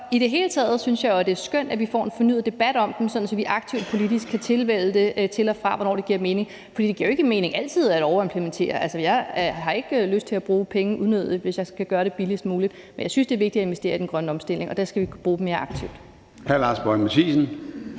i det hele taget synes jeg, det er skønt, at vi får en fornyet debat om dem, sådan at vi aktivt politisk kan vælge det til og fra, alt efter hvornår det giver mening, for det giver jo ikke mening altid at overimplementere. Altså, jeg har ikke lyst til at bruge penge unødigt, hvis jeg kan gøre det billigst muligt. Men jeg synes, det er vigtigt at investere i den grønne omstilling, og der skal vi bruge dem mere aktivt.